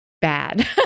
bad